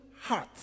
heart